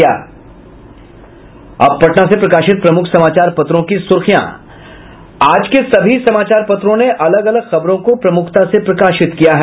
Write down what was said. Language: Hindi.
अब पटना से प्रकाशित प्रमुख समाचार पत्रों की सुर्खियां आज के सभी समाचार पत्रों ने अलग अलग खबरों को प्रमुखता से प्रकाशित किया है